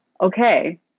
okay